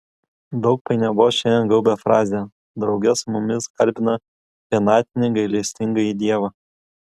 daug painiavos šiandien gaubia frazę drauge su mumis garbina vienatinį gailestingąjį dievą